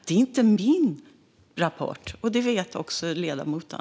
Det är inte min rapport, och det vet också ledamoten.